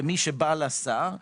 ומי שבא לשר,